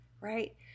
right